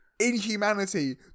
inhumanity